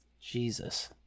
jesus